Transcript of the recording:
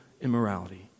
immorality